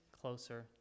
closer